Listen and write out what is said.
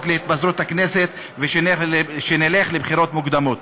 להתפזרות הכנסת ונלך לבחירות מוקדמות.